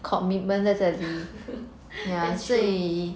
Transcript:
ya that's true